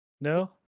No